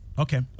okay